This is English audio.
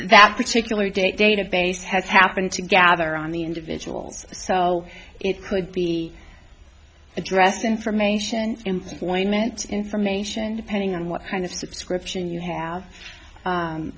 that particular date database has happened to gather on the individuals so it could be addressed information employment information pending on what kind of subscription you have